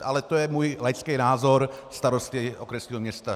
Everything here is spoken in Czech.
Ale to je můj laický názor starosty okresního města.